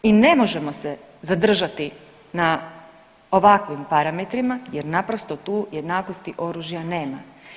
I ne možemo se zadržati na ovakvim parametrima, jer naprosto tu jednakosti oružja nema.